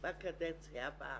בקדנציה הבאה.